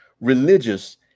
religious